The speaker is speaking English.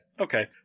Okay